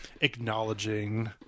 acknowledging